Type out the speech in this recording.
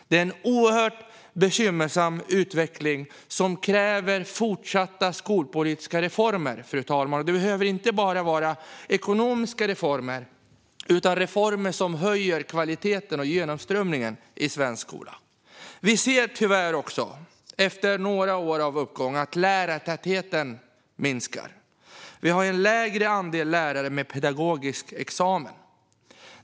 Det är en oerhört bekymmersam utveckling som kräver fortsatta skolpolitiska reformer, fru talman. Det behövs inte enbart ekonomiska reformer utan även reformer som höjer kvaliteten och genomströmningen i svensk skola. Vi ser tyvärr också, efter några år av uppgång, att lärartätheten minskar. Vi har en lägre andel lärare med pedagogisk examen.